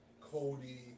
Cody